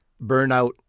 burnout